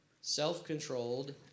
self-controlled